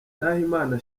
nahimana